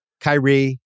Kyrie